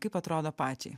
kaip atrodo pačiai